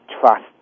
trust